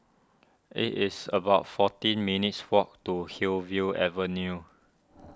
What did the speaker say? it is about fourteen minutes' walk to Hillview Avenue